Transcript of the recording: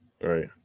Right